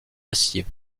acier